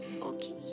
Okay